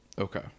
Okay